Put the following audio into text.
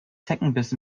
zeckenbiss